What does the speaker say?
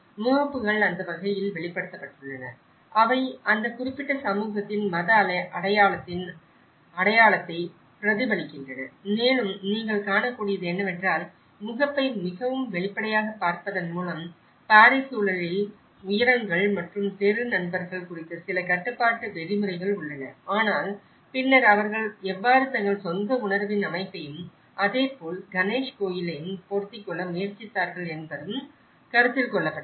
முகப்புகள் அந்த வகையில் வெளிப்படுத்தப்பட்டுள்ளன அவை அந்த குறிப்பிட்ட சமூகத்தின் மத அடையாளத்தின் அடையாளத்தை பிரதிபலிக்கின்றன மேலும் நீங்கள் காணக்கூடியது என்னவென்றால் முகப்பை மிகவும் வெளிப்படையாகப் பார்ப்பதன் மூலம் பாரிஸ் சூழலில் உயரங்கள் மற்றும் தெரு நண்பர்கள் குறித்த சில கட்டுப்பாட்டு விதிமுறைகள் உள்ளன ஆனால் பின்னர் அவர்கள் எவ்வாறு தங்கள் சொந்த உணர்வின் அமைப்பையும் அதேபோல் கணேஷ் கோயிலையும் பொருத்திக் கொள்ள முயற்சித்தார்கள் என்பதும் கருத்தில் கொள்ளப்பட்டது